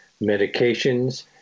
medications